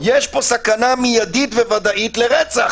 יש פה סכנה מיידית וודאית לרצח.